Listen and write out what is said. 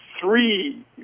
three